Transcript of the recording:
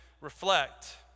reflect